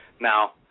Now